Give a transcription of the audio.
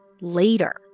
later